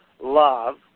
love